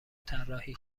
طراحی